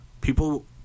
People